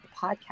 podcast